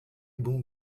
ibumu